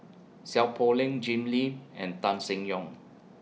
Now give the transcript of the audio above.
Seow Poh Leng Jim Lim and Tan Seng Yong